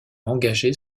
engagé